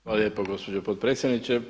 Hvala lijepo gospođo potpredsjednice.